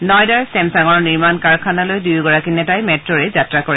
নয়দাৰ ছেমছাঙৰ নিৰ্মাণ কাৰখানালৈ দুয়োগৰাকী নেতাই মেট্ৰৰে যাত্ৰা কৰে